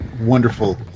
wonderful